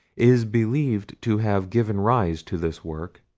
is believed to have given rise to this work,